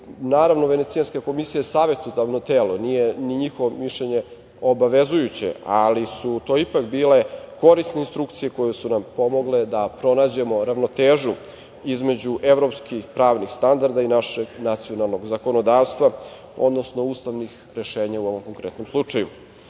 komisije. Naravno, Venecijanska komisija je savetodavno telo, nije njihovo mišljenje obavezujuće, ali su to ipak bile korisne instrukcije koje su nam pomogle da pronađemo ravnotežu između evropskih pravnih standarda i našeg nacionalnog zakonodavstva, odnosno ustavnih rešenja u ovom konkretnom slučaju. Uvek